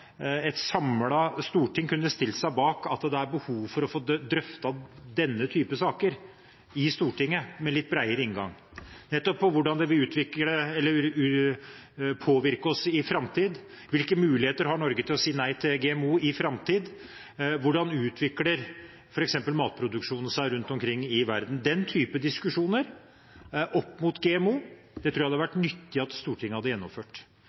er behov for å få drøftet denne type saker i Stortinget med litt breiere inngang – nettopp om hvordan det vil påvirke oss i framtiden, hvilke muligheter Norge har til å si nei til GMO i framtiden, og hvordan f.eks. matproduksjonen utvikler seg rundt om i verden. Den typen diskusjoner om GMO tror jeg det hadde vært nyttig at Stortinget hadde gjennomført.